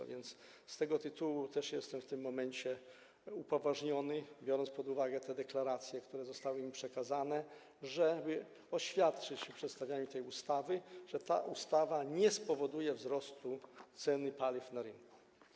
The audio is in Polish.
A więc z tego tytułu jestem w tym momencie upoważniony, biorąc pod uwagę te deklaracje, które zostały mi przekazane, żeby oświadczyć przy przedstawianiu tej ustawy, że ta ustawa nie spowoduje podniesienia ceny paliw na rynku.